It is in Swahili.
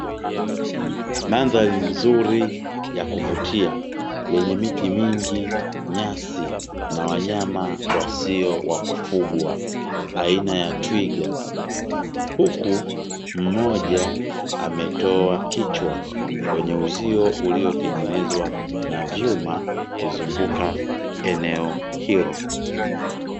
Mandhari nzuri ya kuvutia yenye miti mingi, nyasi, na wanyama wasio wa kufugwa aina ya twig. Huku mmoja ametoa kichwa kwenye uzio uliotengenezwa na vyuma kuzunguka eneo hilo.